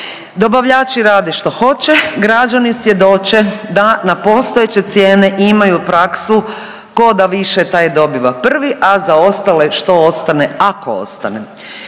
Dobavljači rade što hoće, građani svjedoče da na postojeće cijene imaju praksu tko da više taj dobiva prvi, a za ostale što ostane ako ostane.